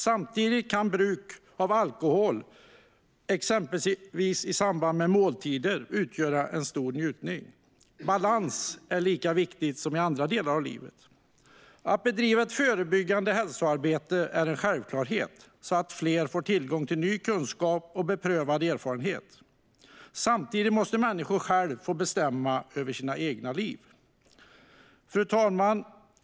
Samtidigt kan bruk av alkohol, exempelvis i samband med måltider, utgöra en stor njutning. Balans är lika viktigt här som i andra delar av livet. Att bedriva ett förebyggande hälsoarbete är en självklarhet, så att fler får tillgång till ny kunskap och beprövad erfarenhet. Samtidigt måste människor själva få bestämma över sina egna liv. Fru talman!